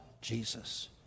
Jesus